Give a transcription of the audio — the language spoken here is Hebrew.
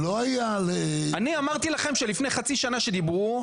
אני אמרתי לכם שלפני חצי שנה כשדיברנו,